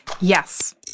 Yes